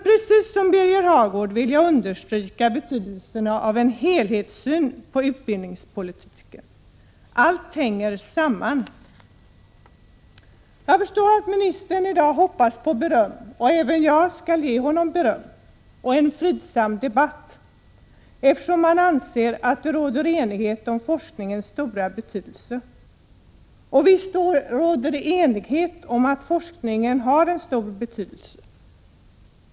Liksom Birger Hagård vill jag understryka betydelsen av en helhetssyn på utbildningspolitiken — allt hänger samman. Jag förstår att ministern hoppas på beröm i dag — även jag skall ge honom beröm — och en fridsam debatt, eftersom han anser att det råder enighet om forskningens stora betydelse. Det råder enighet om att forskningen har en stor betydelse.